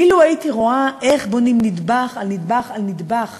אילו הייתי רואה איך בונים נדבך על נדבך על נדבך